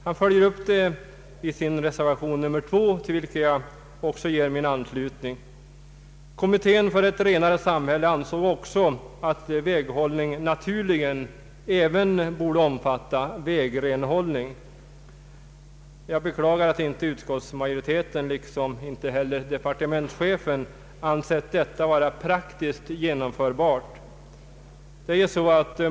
Han följer upp förslaget i sin reservation II, till vilken jag ger min anslutning. Kommittén för ett renare samhälle ansåg också att väghållning naturligen även borde omfatta vägrenhållning. Sag beklagar att utskottsmajoriteten, liksom departementschefen, inte ansett detta vara praktiskt genomförbart.